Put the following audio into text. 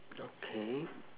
okay